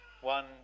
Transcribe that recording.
One